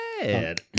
bad